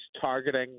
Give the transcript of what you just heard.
targeting